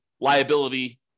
liability